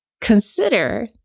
Consider